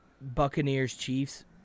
Buccaneers-Chiefs